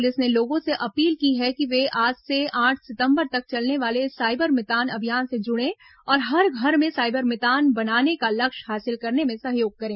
police ने लोगों से अपील की है कि वे आज से आठ सितंबर तक चलने वाले इस साइबर मितान अभियान से जुड़ें और हर घर में साइबर मितान बनाने का लक्ष्य हासिल करने में सहयोग करें